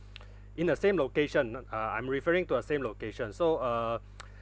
in the same location n~ uh I'm referring to a same location so uh